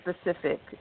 specific